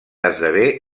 esdevé